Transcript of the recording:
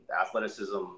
athleticism